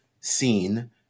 seen